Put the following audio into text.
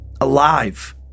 alive